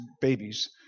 babies